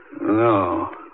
No